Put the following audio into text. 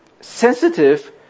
sensitive